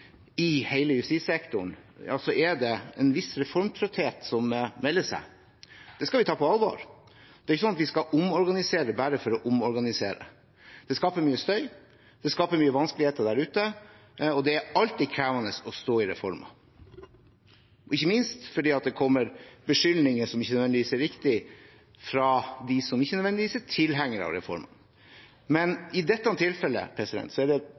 i hele justissektoren, og da er det en viss reformtrøtthet som melder seg. Det skal vi ta på alvor. Det er jo ikke sånn at vi skal omorganisere bare for å omorganisere. Det skaper mye støy, det skaper mange vanskeligheter der ute. Og det er alltid krevende å stå i reformer, ikke minst fordi det kommer beskyldninger som ikke nødvendigvis er riktige, fra dem som ikke nødvendigvis er tilhengere av reformen. I dette tilfellet